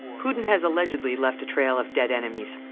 putin has allegedly left a trail of dead enemies,